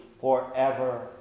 forever